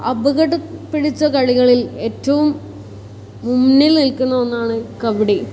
അപകടം പിടിച്ച കളികളിൽ ഏറ്റവും മുന്നിൽ നിൽക്കുന്ന ഒന്നാണ് കബഡി